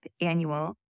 annual